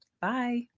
Bye